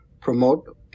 promote